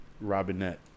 Robinette